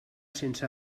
sense